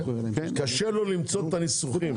וקשה לו למצוא את הניסוחים.